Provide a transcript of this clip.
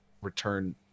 Return